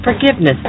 Forgiveness